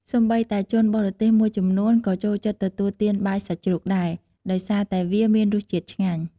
សូម្បីតែជនបរទេសមួយចំនួន ក៏ចូលចិត្តទទួលទានបាយសាច់ជ្រូកដែរ ដោយសារតែវាមានរសជាតិឆ្ងាញ់។